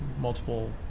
multiple